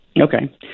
Okay